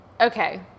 Okay